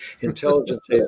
intelligence